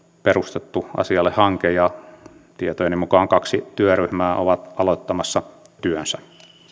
perustettu asiaan hanke ja tietojeni mukaan kaksi työryhmää ovat aloittamassa työnsä